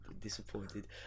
disappointed